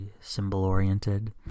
symbol-oriented